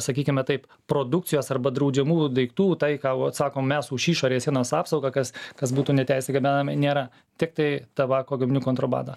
sakykime taip produkcijos arba draudžiamų daiktų tai ką vat sakom mes už išorės sienos apsaugą kas kas būtų neteisė gabenami nėra tiktai tabako gaminių kontrabanda